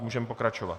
Můžeme pokračovat.